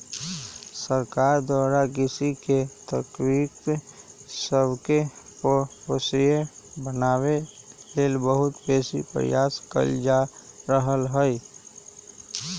सरकार द्वारा कृषि के तरकिब सबके संपोषणीय बनाबे लेल बहुत बेशी प्रयास कएल जा रहल हइ